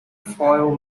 foil